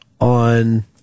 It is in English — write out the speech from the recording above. on